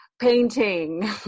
painting